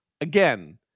again